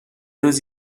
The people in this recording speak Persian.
روز